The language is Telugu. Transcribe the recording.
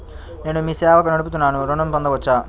నేను మీ సేవా నడుపుతున్నాను ఋణం పొందవచ్చా?